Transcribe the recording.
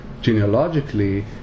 genealogically